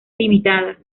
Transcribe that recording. limitada